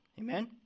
Amen